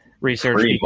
research